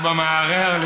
או במערער,